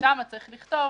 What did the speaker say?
שם צריך לכתוב